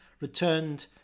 returned